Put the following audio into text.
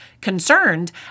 concerned